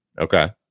Okay